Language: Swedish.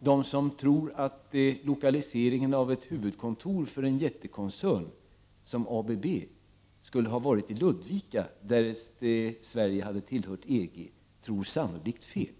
De som tror att lokaliseringen av huvudkontoret i en stor koncern som ABB skulle ha blivit till Ludvika därest Sverige hade tillhört EG, tror sannolikt fel.